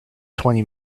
twenty